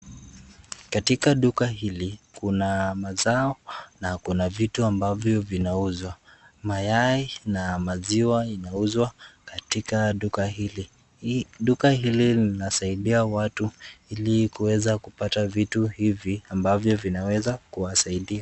Katika duka hili kuna mazao na kuna vitu ambavyo vinauzwa. Mayai na maziwa vinauzwa katika duka hili. Duka hili linasaidia watu ili kuweza kupata vitu hivi ambavyo vinaweza kuwasaidia.